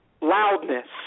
loudness